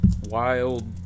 wild